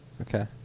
Okay